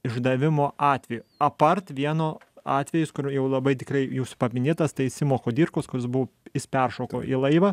išdavimo atvejo apart vieno atvejis kurio jau labai tikrai jūsų paminėtas tai simo kudirkos kuris buvo jis peršoko į laivą